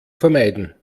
vermeiden